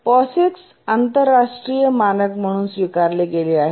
POSIX आंतरराष्ट्रीय मानक म्हणून स्वीकारले गेले आहे